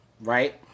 right